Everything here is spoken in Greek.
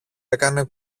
έκανε